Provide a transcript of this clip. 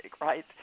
right